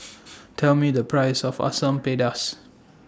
Tell Me The Price of Asam Pedas